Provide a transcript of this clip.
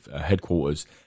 headquarters